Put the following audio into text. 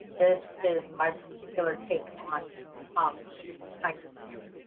this is my particular take on um these kinds of things,